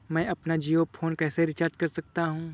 मैं अपना जियो फोन कैसे रिचार्ज कर सकता हूँ?